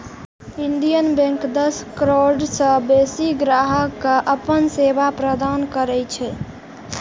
Indian bank दस करोड़ सं बेसी ग्राहक कें अपन सेवा प्रदान करै छै